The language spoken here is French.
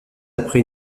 après